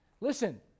Listen